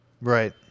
Right